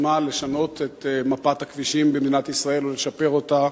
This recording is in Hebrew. והיוזמה לשנות את מפת הכבישים במדינת ישראל ולשפר אותה.